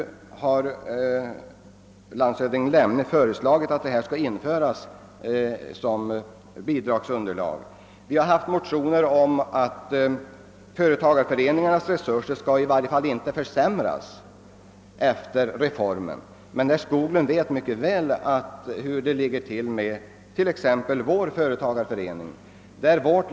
Nu har landshövding Lemne föreslagit att rörelsekapitalet skall inräknas i bidragsunderlaget. Vi har motionerat om att företagarföreningarnas resurser i varje fall inte skall försämras efter den s.k. reformen för ett par år sedan. Herr Skog lund vet mycket väl hur det ligger till exempelvis med vår företagarförening.